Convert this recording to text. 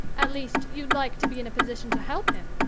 at least, you'd like to be in a position to help him,